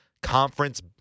conference